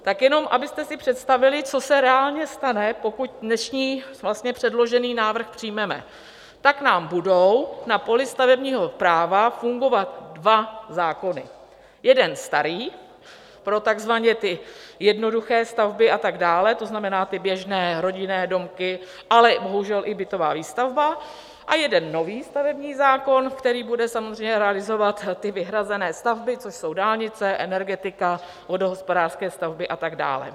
Tak jenom abyste si představili, co se reálně stane, pokud dnešní předložený návrh přijmeme nám budou na poli stavebního zákona fungovat dva zákony, jeden starý pro ty takzvané jednoduché stavby a tak dál, to znamená, ty běžné rodinné domky, ale bohužel i bytová výstavba, a jeden nový stavební zákon, který bude realizovat vyhrazené stavby, což jsou dálnice, energetika, vodohospodářské stavby a tak dále.